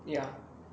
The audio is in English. ya